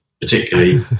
Particularly